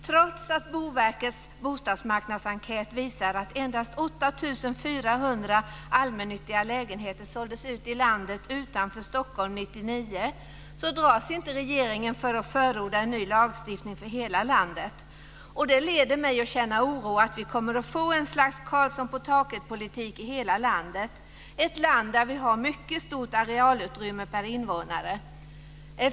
Trots att Boverkets bostadsmarknadsenkät visar att endast 8 400 allmännyttiga lägenheter såldes ut i landet utanför Stockholm 1999 drar sig inte regeringen för att förorda en ny lagstiftning för hela landet. Det får mig att känna oro för att vi kommer att få en slags Karlsson-på-taket-politik i hela landet, ett land där vi har mycket stort arealutrymme per invånare.